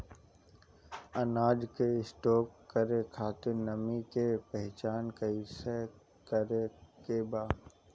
अनाज के स्टोर करके खातिर नमी के पहचान कैसे करेके बा?